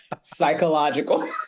psychological